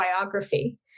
biography